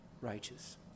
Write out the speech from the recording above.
righteous